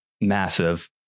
massive